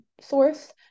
source